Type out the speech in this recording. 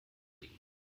liegen